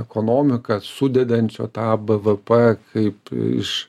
ekonomiką sudedančio tą bvp kaip iš